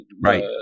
right